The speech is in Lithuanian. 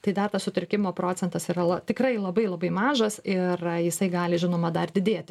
tai dar tas sutrikimo procentas yra la tikrai labai labai mažas ir jisai gali žinoma dar didėti